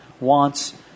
wants